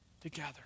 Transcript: together